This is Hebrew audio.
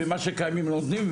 ומה שקיימים לא נותנים,